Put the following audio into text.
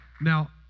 Now